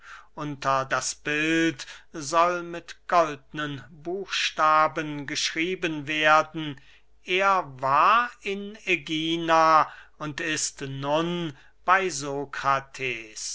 unter das bild soll mit goldnen buchstaben geschrieben werden er war in ägina und ist nun bey